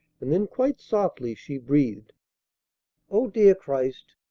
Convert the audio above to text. and then quite softly she breathed o dear christ,